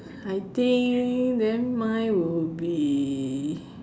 I think then mine will be